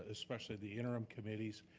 especially the interim committees,